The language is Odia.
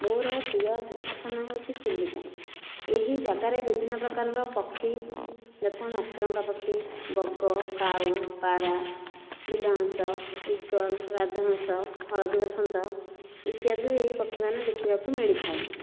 ମୋର ପ୍ରିୟ ତୀର୍ଥସ୍ଥନ ହେଉଛି ଚିଲିକା ଏହି ଜାଗାରେ ବିଭିନ୍ନ ପ୍ରକାରର ପକ୍ଷୀ ଯଥା ମାଛରଙ୍କା ପକ୍ଷୀ ବଗ କାଉ ପାରା ବିଲ ହଂସ ଇଗଲ୍ ରାଜହଂସ ହଳଦୀବସନ୍ତ ଇତ୍ୟାଦି ପକ୍ଷୀମାନେ ଦେଖିବାକୁ ମିଳିଥାଏ